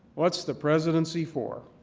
what's the presidency for?